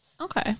Okay